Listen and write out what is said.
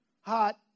hot